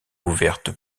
ouverte